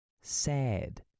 sad